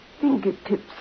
fingertips